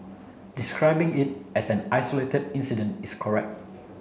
describing it as an isolated incident is correct